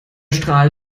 strahl